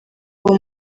uwo